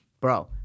bro